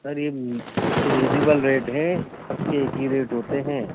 سر یہ ریجیبل ریٹ ہے سب کے ایک ہی ریٹ ہوتے ہیں